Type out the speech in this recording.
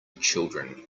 children